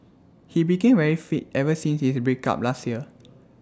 he became very fit ever since his breakup last year